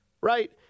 right